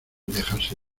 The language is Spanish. dejarse